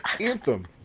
Anthem